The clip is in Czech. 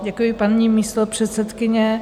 Děkuji, paní místopředsedkyně.